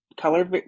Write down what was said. color